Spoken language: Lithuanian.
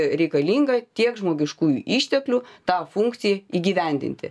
reikalinga tiek žmogiškųjų išteklių tą funkciją įgyvendinti